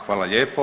Hvala lijepo.